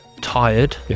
tired